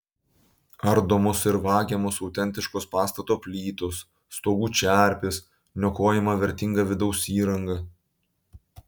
ardomos ir vagiamos autentiškos pastato plytos stogų čerpės niokojama vertinga vidaus įranga